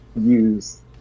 use